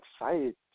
excited